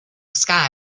sky